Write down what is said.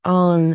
on